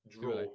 draw